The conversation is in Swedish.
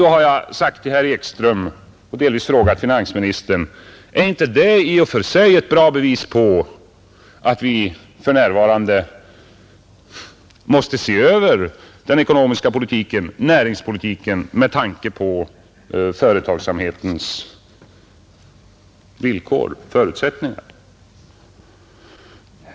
Då har jag sagt till herr Ekström och till finansministern: Är inte det i och för sig ett bra bevis på att vi för närvarande måste se över den ekonmiska politiken och näringspolitiken med tanke på företagsamhetens villkor och förutsättningar?